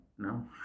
No